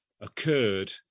occurred